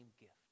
gift